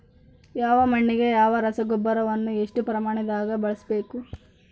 ಯಾವ ಮಣ್ಣಿಗೆ ಯಾವ ರಸಗೊಬ್ಬರವನ್ನು ಎಷ್ಟು ಪ್ರಮಾಣದಾಗ ಬಳಸ್ಬೇಕು?